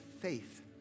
faith